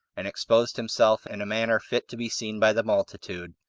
and exposed himself in a manner fit to be seen by the multitude,